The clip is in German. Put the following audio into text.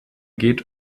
geht